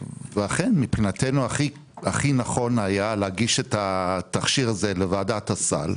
מבחינתנו הכי נכון היה להגיש את התכשיר הזה לוועדת הסל.